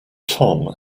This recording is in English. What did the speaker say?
tom